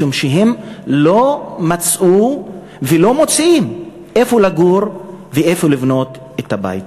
משום שהם לא מצאו ולא מוצאים איפה לגור ואיפה לבנות את הבית.